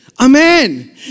Amen